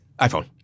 iPhone